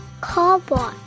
Cowboy